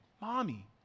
Mommy